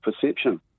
perception